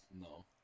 No